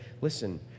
listen